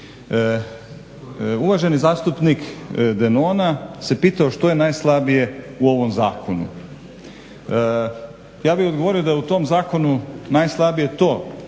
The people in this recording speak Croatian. Uvaženi zastupnik Denona se pitao što je najslabije u ovom zakonu. Ja bih odgovorio da je u tom zakonu najslabije to što